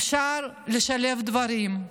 אפשר לשלב דברים,